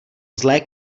zlé